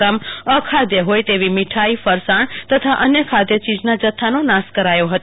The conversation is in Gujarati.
ગ્રા અખાદ્ય હોય તેવી મીઠાઇ ફરસાણ તથા અન્ય ખાદ્ય ચીજના જથ્થો નાશ કરાયો હતો